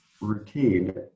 routine